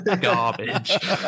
garbage